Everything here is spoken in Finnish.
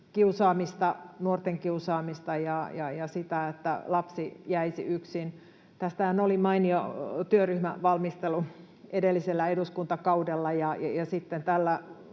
kiusaamista, nuorten kiusaamista ja sitä, että lapsi jäisi yksin. Tästähän oli mainio työryhmävalmistelu edellisellä eduskuntakaudella, ja sitten tällä